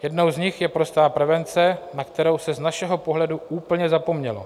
Jednou z nich je prostá prevence, na kterou se z našeho pohledu úplně zapomnělo.